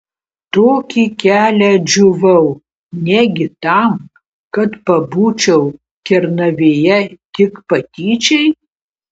tokį kelią džiūvau negi tam kad pabūčiau kernavėje tik patyčiai